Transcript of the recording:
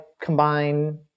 combine